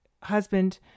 husband